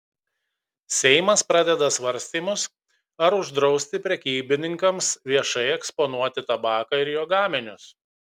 seimas pradeda svarstymus ar uždrausti prekybininkams viešai eksponuoti tabaką ir jo gaminius